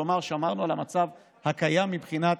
כלומר, שמרנו על המצב הקיים מבחינת